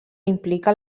implica